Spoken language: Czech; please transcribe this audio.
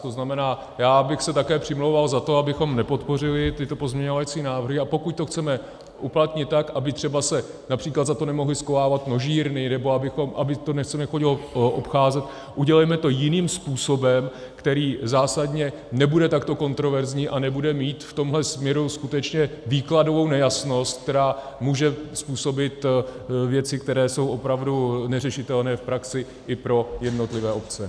To znamená, já bych se také přimlouval za to, abychom nepodpořili tyto pozměňovací návrhy, a pokud to chceme uplatnit tak, aby třeba se například za to nemohly schovávat množírny nebo aby se to nechodilo obcházet, udělejme to jiným způsobem, který zásadně nebude takto kontroverzní a nebude mít v tomto směru skutečně výkladovou nejasnost, která může způsobit věci, které jsou opravdu neřešitelné v praxi i pro jednotlivé obce.